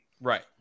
Right